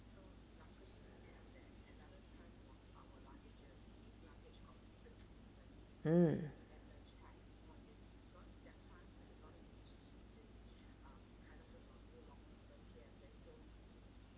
mm